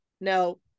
no